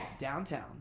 downtown